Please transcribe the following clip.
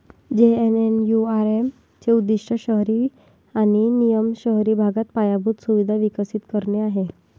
JNNURM चे उद्दीष्ट शहरी आणि निम शहरी भागात पायाभूत सुविधा विकसित करणे आहे